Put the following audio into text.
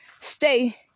stay